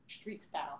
Street-style